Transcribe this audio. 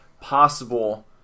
possible